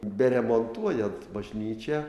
beremontuojant bažnyčią